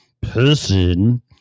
person